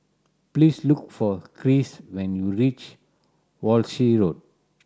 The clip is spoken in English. please look for Krish when you reach Walshe Road